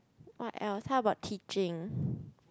what else how about teaching